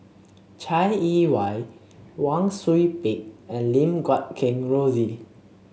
Chai Yee Wei Wang Sui Pick and Lim Guat Kheng Rosie